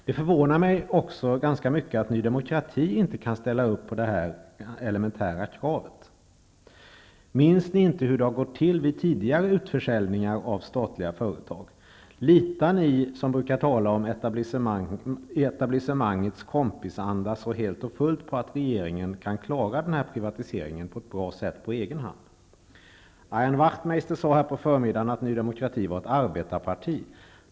Det förvånar mig också att Ny demokrati inte kan ställa upp på detta elementära krav. Minns ni inte hur det har gått till vid tidigare utförsäljningar av statliga företag? Litar ni, som brukar tala om etablissemangets kompisanda, så helt och fullt på att regeringen kan klara privatiseringen på ett bra sätt på egen hand? Ian Wachtmeister sade här förut att Ny demokrati var ett arbetarparti.